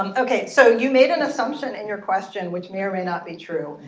um ok. so you made an assumption in your question, which may or may not be true.